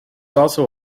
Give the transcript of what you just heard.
also